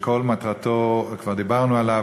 שכל מטרתו, וכבר דיברנו עליו,